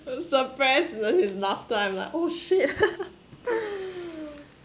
suppressed his laughter I'm like oh shit